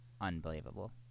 Unbelievable